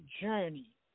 journey